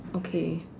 okay